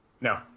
No